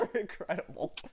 incredible